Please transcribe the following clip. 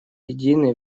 едины